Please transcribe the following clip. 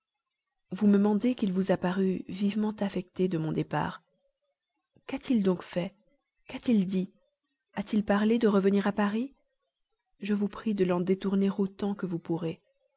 vous me mandez qu'il vous a paru vivement affecté de mon départ qu'a-t-il donc fait qu'a-t-il dit a-t-il parlé de revenir à paris je vous prie de l'en détourner autant que vous pourrez